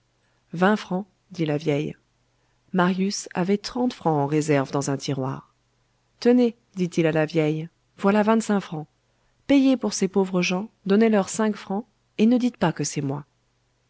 vingt francs dit la vieille marius avait trente francs en réserve dans un tiroir tenez dit-il à la vieille voilà vingt-cinq francs payez pour ces pauvres gens donnez-leur cinq francs et ne dites pas que c'est moi